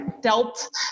dealt